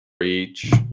Reach